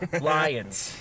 Lions